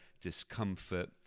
discomfort